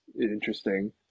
interesting